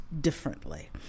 differently